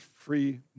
Free